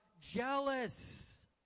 jealous